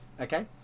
Okay